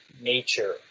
nature